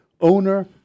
owner